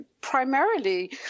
primarily